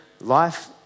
life